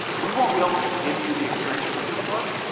we won't be able to give you the experience you're looking for.